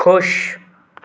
खुश